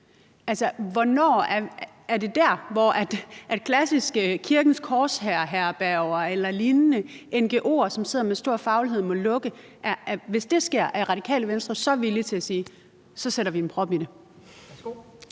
lukke. Er det der, hvor klassiske Kirkens Korshær-herberger eller lignende ngo'er, som sidder med stor faglighed, må lukke? Hvis det sker, er Radikale Venstre så villig til at sige: Så sætter vi en prop i det?